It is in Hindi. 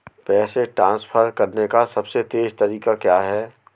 पैसे ट्रांसफर करने का सबसे तेज़ तरीका क्या है?